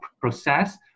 process